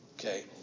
Okay